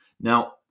now